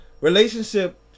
relationship